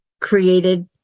created